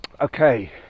okay